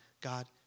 God